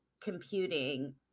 computing